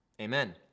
Amen